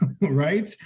right